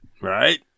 Right